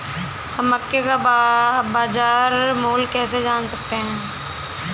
हम मक्के का बाजार मूल्य कैसे जान सकते हैं?